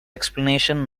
explanation